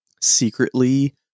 secretly